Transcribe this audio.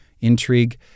intrigue